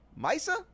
Misa